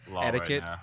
Etiquette